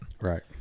Right